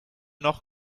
noch